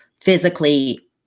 physically